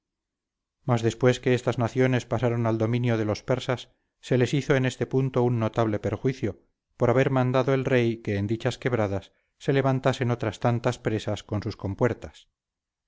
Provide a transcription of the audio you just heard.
mas después que estas naciones pasaron al dominio de los persas se les hizo en este punto un notable perjuicio por haber mandado el rey que en dichas quebradas se levantasen otras tantas presas con sus compuertas